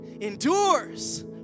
endures